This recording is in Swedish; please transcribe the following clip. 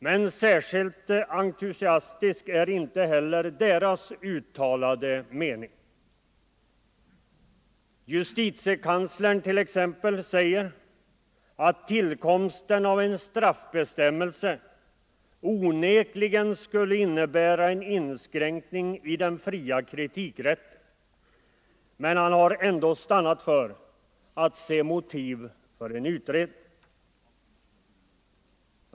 Men särskilt entusiastisk är inte heller deras uttalade mening. Justitiekanslern t.ex. säger att tillkomsten av en straffbestämmelse onekligen skulle innebära en inskränkning i den fria kritikrätten, men han har ändå stannat för att se motiv för en utredning.